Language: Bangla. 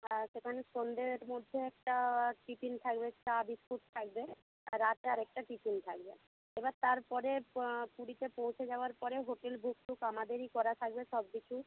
আর সেখানে সন্ধের মধ্যে একটা টিফিন থাকবে চা বিস্কুট থাকবে আর রাতে আর একটা টিফিন থাকবে এবার তারপরে পুরীতে পৌঁছে যাওয়ার পরে হোটেল বুক টুক আমাদেরই করা থাকবে সব কিছু